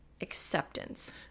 acceptance